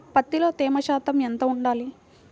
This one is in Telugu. పత్తిలో తేమ శాతం ఎంత ఉండాలి?